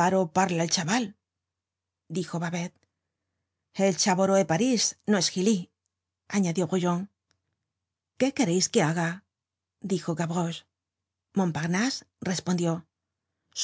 baró parla el chaval dijo babet el chavoró é parís no es gilí añadió brujon qué quereis que haga dijo gavroche montparnase respondió